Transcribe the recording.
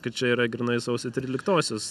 kad čia yra grynai sausio tryliktosios